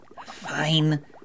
Fine